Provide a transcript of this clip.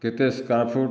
କେତେ square foot